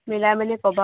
মিলাই মিলি ক'বা